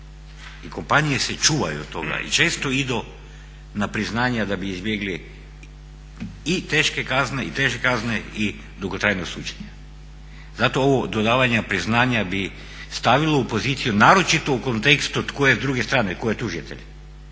i kompanije se čuvaju toga i često idu na priznanja da bi izbjegli i teške kazne i teže kazne i dugotrajnost suđenja. Zato ovo dodavanje priznavanja bi stavilo u poziciju naročito u kontekstu tko je s druge strane, tko je tužitelj